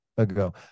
ago